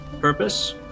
purpose